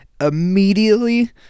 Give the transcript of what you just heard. Immediately